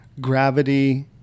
gravity